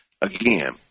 Again